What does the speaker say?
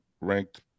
ranked